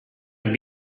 have